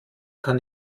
kann